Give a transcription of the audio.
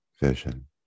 vision